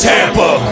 Tampa